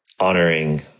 honoring